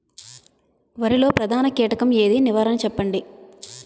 వరిలో ప్రధాన కీటకం ఏది? నివారణ చెప్పండి?